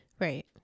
right